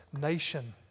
nation